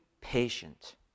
patient